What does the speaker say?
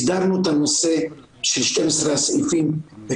הסדרנו את הנושא של 12 הסעיפים.